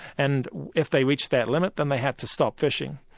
and if they reached that limit, then they had to stop fishing.